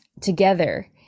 together